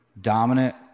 Dominant